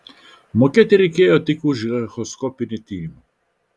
mokėti reikėjo tik už echoskopinį tyrimą